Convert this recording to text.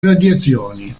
radiazioni